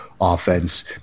offense